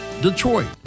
Detroit